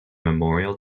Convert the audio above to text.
memorial